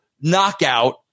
knockout